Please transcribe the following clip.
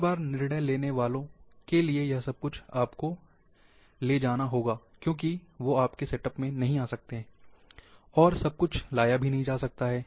हर बार निर्णय लेने वालों के लिए यह सब कुछ आपको ले जाना होगा क्योंकि वो आपके सेटअप में नहीं आ सकते और सब कुछ लाया नहीं जा सकता है